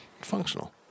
Functional